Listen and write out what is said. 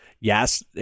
yes